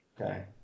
okay